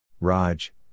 Raj